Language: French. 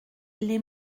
les